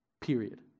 Period